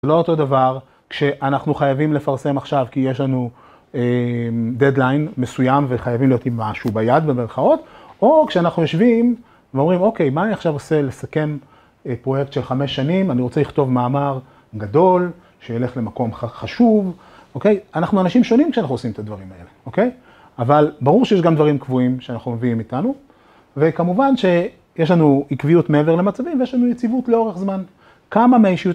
לא אותו דבר כשאנחנו חייבים לפרסם עכשיו כי יש לנו דדליין מסוים וחייבים להיות עם משהו ביד במרכאות או כשאנחנו יושבים ואומרים אוקיי מה אני עכשיו עושה לסכם את פרויקט של חמש שנים, אני רוצה לכתוב מאמר גדול, שילך למקום חשוב, אוקיי? אנחנו אנשים שונים כשאנחנו עושים את הדברים האלה, אוקיי? אבל ברור שיש גם דברים קבועים שאנחנו מביאים איתנו וכמובן שיש לנו עקביות מעבר למצבים ויש לנו יציבות לאורך זמן. כמה מהאישיות..